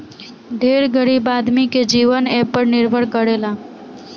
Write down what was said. ढेर गरीब आदमी के जीवन एपर निर्भर करेला